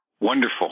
Wonderful